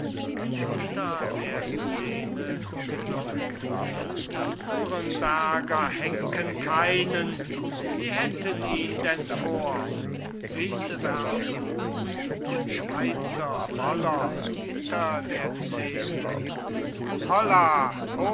die nürnberger henken keinen sie hätten ihn denn vor da capo schweizer roller hinter